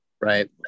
Right